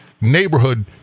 neighborhood